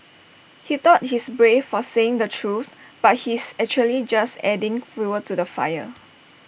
he thought he's brave for saying the truth but he's actually just adding fuel to the fire